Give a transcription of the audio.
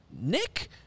Nick